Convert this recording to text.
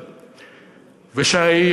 שי,